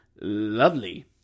Lovely